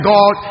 God